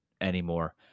anymore